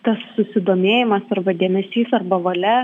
tas susidomėjimas arba dėmesys arba valia